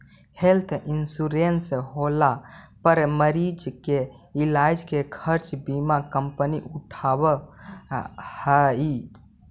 health insurance होला पर मरीज के इलाज के खर्चा बीमा कंपनी उठावऽ हई